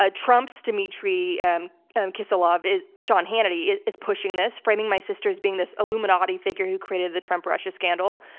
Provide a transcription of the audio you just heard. ah trump's dmitry and and kiselyov, sean hannity, is is pushing this, framing my sister as being this illuminati figure who created the trump-russia scandal.